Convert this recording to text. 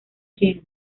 king